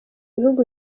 bihugu